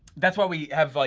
that's why we have,